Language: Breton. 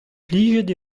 plijet